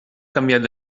canviat